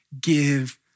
give